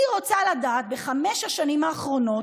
אני רוצה לדעת, בחמש השנים האחרונות,